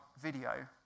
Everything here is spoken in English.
video